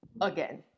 Again